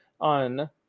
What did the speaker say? on